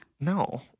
No